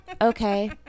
okay